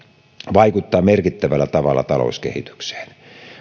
vaikuttaa merkittävällä tavalla talouskehitykseen